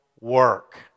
work